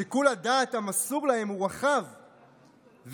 שיקול הדעת המסור להם הוא רחב וניתן,